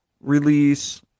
release